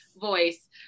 voice